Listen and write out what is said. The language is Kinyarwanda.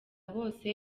bose